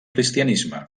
cristianisme